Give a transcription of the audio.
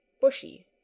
bushy